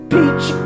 Peach